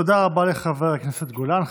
תודה רבה לחבר הכנסת גולן.